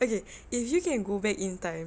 okay if you can go back in time